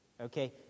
Okay